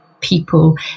people